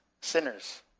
sinners